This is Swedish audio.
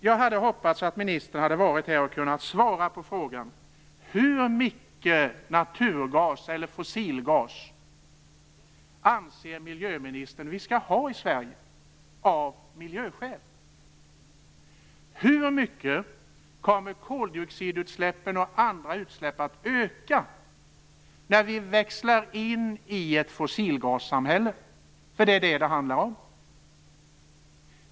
Jag hade hoppats att ministern hade varit här för att svara på mina frågor: Hur mycket naturgas eller fossilgas anser miljöministern att vi av miljöskäl skall ha i Sverige? Hur mycket kommer koldioxidutsläppen och andra utsläpp att öka när vi växlar in i ett fossilgassamhälle? Det handlar ju om det.